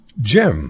Jim